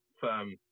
firm